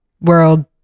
World